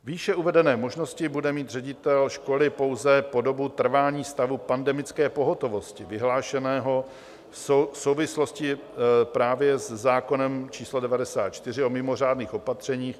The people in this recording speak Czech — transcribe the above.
Výše uvedené možnosti bude mít ředitel školy pouze po dobu trvání stavu pandemické pohotovosti vyhlášeného v souvislosti právě se zákonem č. 94, o mimořádných opatřeních.